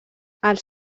els